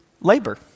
labor